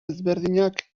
ezberdinak